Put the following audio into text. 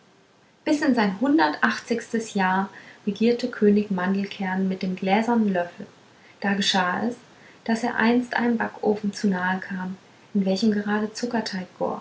bis in sein hundertachtzigstes jahr regierte könig mandelkern mit dem gläsernen löffel da geschah es daß er einst einem backofen zu nahe kam in welchem gerade zuckerteig